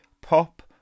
pop